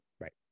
Right